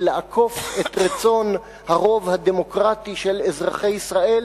לעקוף את רצון הרוב הדמוקרטי של אזרחי ישראל.